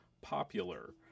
popular